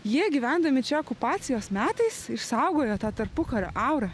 jie gyvendami čia okupacijos metais išsaugojo tą tarpukario aurą